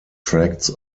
tracts